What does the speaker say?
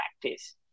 practice